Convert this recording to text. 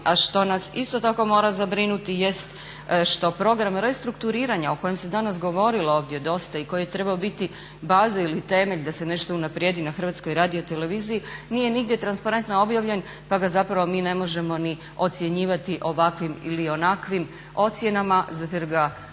a što nas isto tako mora zabrinuti jest što program restrukturiranja o kojem se danas govorilo ovdje dosta i koji je trebao biti baza ili temelj da se nešto unaprijedi na Hrvatskoj radioteleviziji nije nigdje transparentno objavljen, pa ga zapravo mi ne možemo ni ocjenjivati ovakvim ili onakvim ocjenama zato